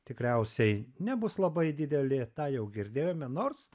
tikriausiai nebus labai didelė tą jau girdėjome nors